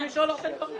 מה עם השיניים של הילדים?